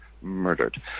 murdered